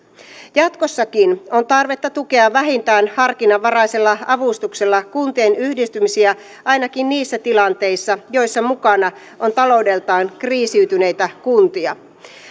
jatkossakin on tarvetta tukea vähintään harkinnanvaraisella avustuksella kuntien yhdistymisiä ainakin niissä tilanteissa joissa mukana on taloudeltaan kriisiytyneitä kuntia